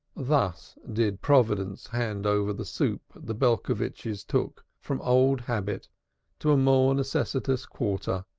thus did providence hand over the soup the belcovitches took from old habit to a more necessitous quarter,